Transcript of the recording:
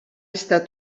estat